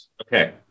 Okay